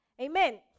Amen